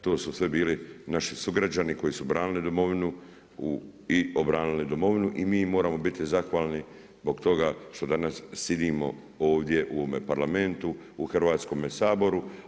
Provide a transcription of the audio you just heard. To su sve bili naši sugrađani koji su branili Domovinu i obranili Domovinu i mi im moramo biti zahvalni zbog toga što danas sidimo ovdje u ovome Parlamentu, u Hrvatskome saboru.